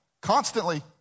Constantly